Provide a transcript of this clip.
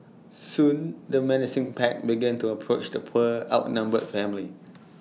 soon the menacing pack began to approach the poor outnumbered family